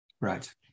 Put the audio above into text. Right